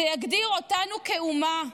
זה יגדיר אותנו כאומה.